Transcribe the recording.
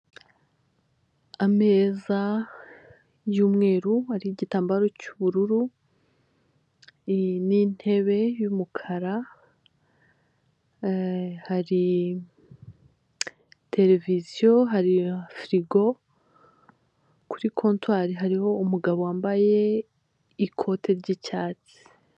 Ameza y'umweru ariho igitambaro cy'ubururu n'intebe y'umukara, hari televiziyo, hari furigo. Kuri kontwari hariho umugabo wambaye ikote ry'icyatsi.